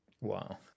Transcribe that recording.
Wow